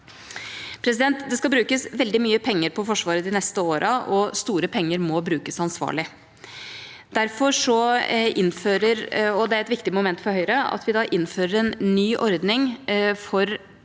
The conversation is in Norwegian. støtte. Det skal brukes veldig mye penger på Forsvaret de neste årene, og store penger må brukes ansvarlig. Derfor innfører vi – og det er et viktig moment for Høyre – en ny ordning for